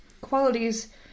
qualities